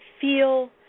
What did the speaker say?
feel